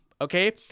okay